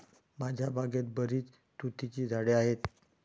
माझ्या बागेत बरीच तुतीची झाडे आहेत